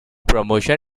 promotion